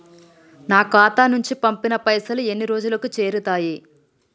నా ఖాతా నుంచి పంపిన పైసలు ఎన్ని రోజులకు చేరుతయ్?